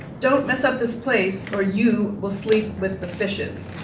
don't mess up this place or you will sleep with the fishes.